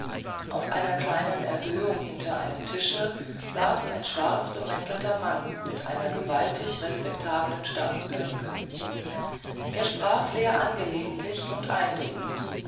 auf einer kleinen erhöhung hinter einem tische saß ein schwarzbemäntelter herr mit einer gewaltig respektablen staatsperücke es sprach sehr angelegentlich und eindringend